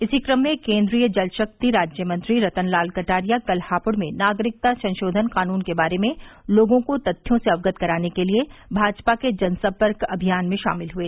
इसी क्रम में केंद्रीय जल शक्ति राज्य मंत्री रतनलाल कटारिया कल हापुड़ में नागरिकता संशोधन कानून के बारे में लोगों को तथ्यों से अवगत कराने के लिए भाजपा के जनसंपर्क अभियान में शामिल हुए